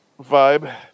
vibe